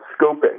scoping